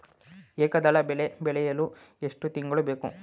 ಏಕದಳ ಬೆಳೆ ಬೆಳೆಯಲು ಎಷ್ಟು ತಿಂಗಳು ಬೇಕು?